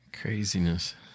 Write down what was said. craziness